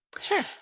Sure